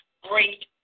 great